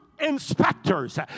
inspectors